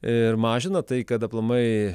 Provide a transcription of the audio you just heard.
ir mažina tai kad aplamai